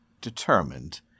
determined